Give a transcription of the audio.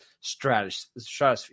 stratosphere